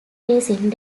racing